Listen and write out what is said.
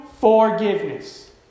forgiveness